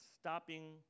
stopping